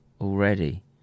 already